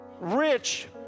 rich